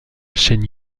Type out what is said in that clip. chaîne